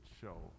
show